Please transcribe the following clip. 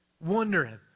Wondering